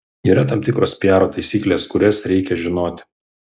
yra tam tikros piaro taisykles kurias reikia žinoti